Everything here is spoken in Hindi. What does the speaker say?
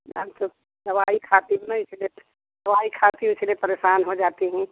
अब तो दवाई खाती हूँ ना इसलिए दवाई खाती हूँ इसलिए परेशान हो जाती हूँ